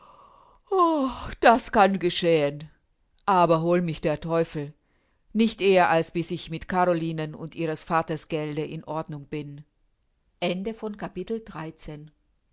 das kann geschehen aber hol mich der teufel nicht eher als bis ich mit carolinen und ihres vaters gelde in ordnung bin vierzehntes capitel